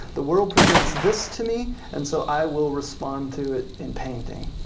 the world presents this to me and so i will respond to it in painting,